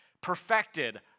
Perfected